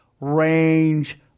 range